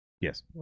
yes